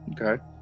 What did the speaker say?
Okay